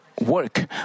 work